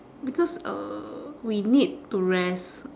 because uh we need to rest